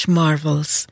marvels